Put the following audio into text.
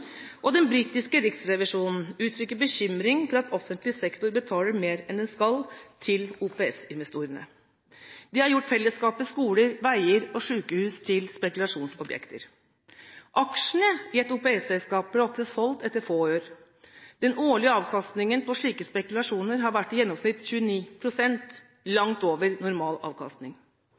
OPS. Den britiske riksrevisjonen uttrykker bekymring for at offentlig sektor betaler mer enn den skal til OPS-investorene. De har gjort fellesskapets skoler, veier og sykehus til spekulasjonsobjekter. Aksjene i et OPS-selskap blir ofte solgt etter få år. Den årlige avkastningen på slike spekulasjoner har i gjennomsnitt vært 29 pst. – langt over normal avkastning.